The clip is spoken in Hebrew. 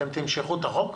אתם תמשכו את החוק?